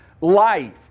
life